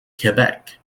quebec